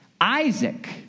Isaac